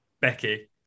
Becky